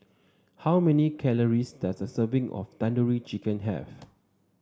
how many calories does a serving of Tandoori Chicken have